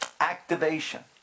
activation